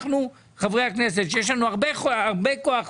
אנחנו, חברי הכנסת, שיש לנו הרבה כוח ביד.